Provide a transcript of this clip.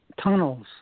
tunnels